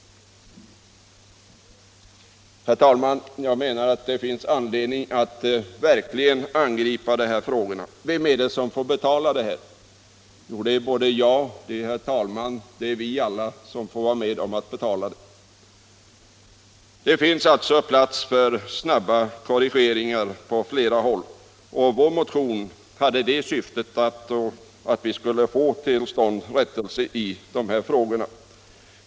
Herr talman! Jag menar att det finns anledning att verkligen angripa de här frågorna. Vem är det som får betala? Det är jag, det är herr talmannen, det är vi alla som får vara med om att betala. Det finns alltså plats för snabba korrigeringar på flera håll, och vår motion hade det syftet att vi skulle få till stånd rättelse i de här avseendena.